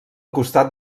costat